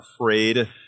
afraid